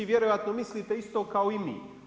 Vjerojatno mislite isto kao i mi.